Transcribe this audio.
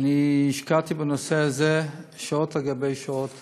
השקעתי בנושא הזה שעות על גבי שעות